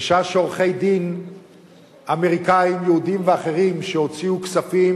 בשעה שעורכי-דין אמריקנים יהודים ואחרים הוציאו כספים,